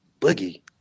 boogie